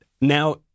Now